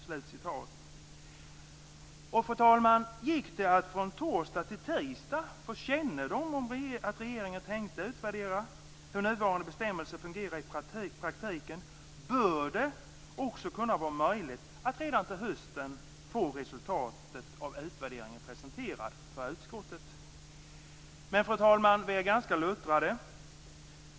Om det, fru talman, gick att från torsdag till tisdag få kännedom om att regeringen tänkte utvärdera hur nuvarande bestämmelser fungerar i praktiken, bör det också kunna vara möjligt att redan till hösten få resultatet av utvärderingen presenterat för utskottet. Vi är dock, fru talman, ganska luttrade.